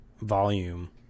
volume